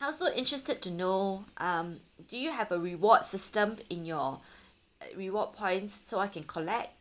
I also interested to know um do you have a reward system in your reward points so I can collect